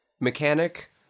mechanic